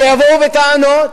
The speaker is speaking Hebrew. שיבואו בטענות,